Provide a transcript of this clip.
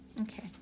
okay